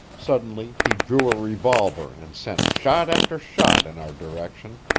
suddenly he drew a revolver and sent shot after shot in our direction.